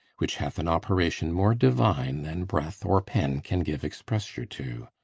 which hath an operation more divine than breath or pen can give expressure to.